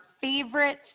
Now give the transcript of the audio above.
favorite